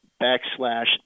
backslash